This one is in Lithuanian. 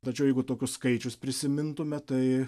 tačiau jeigu tokius skaičius prisimintume tai